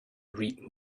read